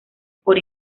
por